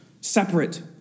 Separate